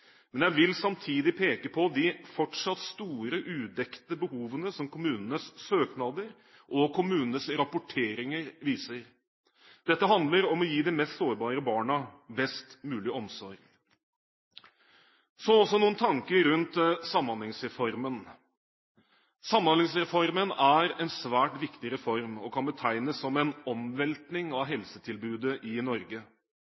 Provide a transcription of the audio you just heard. men jeg vil samtidig peke på de fortsatt store udekte behovene som kommunenes søknader og kommunenes rapporteringer viser. Dette handler om å gi de mest sårbare barna best mulig omsorg. Så også noen tanker rundt Samhandlingsreformen. Samhandlingsreformen er en svært viktig reform og kan betegnes som en omveltning av